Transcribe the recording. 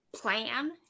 plan